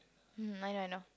mm I know I know